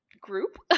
group